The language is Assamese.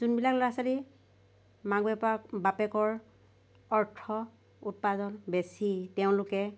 যোনবিলাক ল'ৰা ছোৱালী মাক বাপে বাপেকৰ অৰ্থ উৎপাদন বেছি তেওঁলোকে